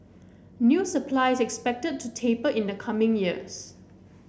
new supply is expected to taper in the coming years